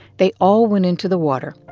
they all went into the water.